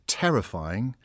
terrifying